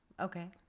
Okay